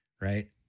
Right